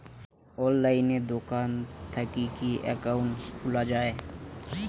অনলাইনে দোকান থাকি কি একাউন্ট খুলা যায়?